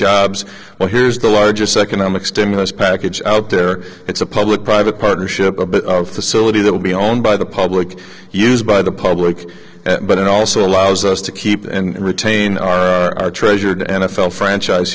jobs well here's the largest economic stimulus package out there it's a public private partnership facility that will be owned by the public used by the public but it also allows us to keep and retain our treasured n f l franchise